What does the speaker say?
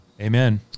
Amen